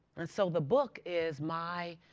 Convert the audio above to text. and so the book is my